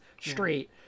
straight